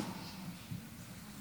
ולהארכת תוקפן של תקנות שעת חירום (חרבות ברזל)